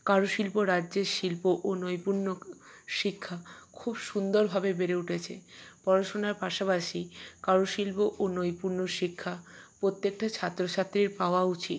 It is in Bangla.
কারু শিল্প রাজ্যের শিল্প ও নৈপুণ্য শিক্ষা খুব সুন্দরভাবে বেড়ে উঠেছে পড়াশুনার পাশাপাশি কারুশিল্প ও নৈপুণ্য শিক্ষা প্রত্যেকটা ছাত্র ছাত্রীর পাওয়া উচিত